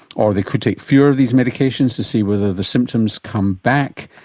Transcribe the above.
or they could take fewer of these medications to see whether the symptoms come back.